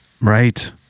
Right